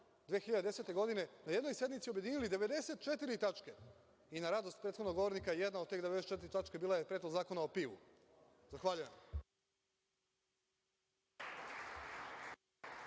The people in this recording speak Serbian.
2010. godine, na jednoj sednici objedinili 94 tačke i na radost prethodnog govornika jedna od tih 94 tačke bila je Predlog zakona o pivu. Zahvaljujem.